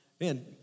man